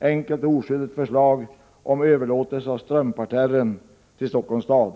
enkelt och oskyldigt förslag om överlåtelse av Strömparterren till Stockholms stad.